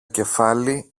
κεφάλι